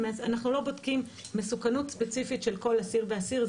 אנחנו לא בודקים מסוכנות ספציפית של כל אסיר ואסיר.